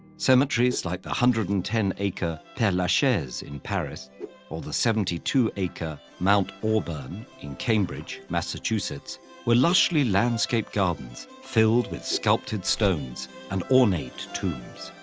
cemeteries like the one hundred and ten acre pere-lachaise in paris or the seventy two acre mt. auburn in cambridge, massachusetts were lushly landscaped gardens filled with sculpted stones and ornate tombs.